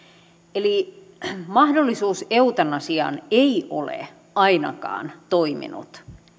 eli mahdollisuus eutanasiaan ei ole ainakaan toiminut